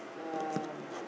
um